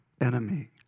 enemy